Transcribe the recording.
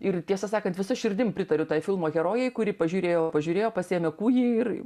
ir tiesą sakant visa širdim pritariu tai filmo herojei kuri pažiūrėjo pažiūrėjo pasiėmė kūjį ir